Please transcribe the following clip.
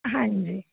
ਹਾਂਜੀ